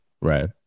right